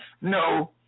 No